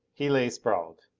he lay sprawled.